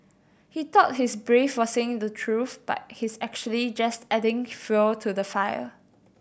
he thought he's brave for saying the truth but he's actually just adding fuel to the fire